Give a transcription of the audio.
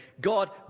God